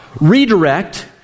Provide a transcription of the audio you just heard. Redirect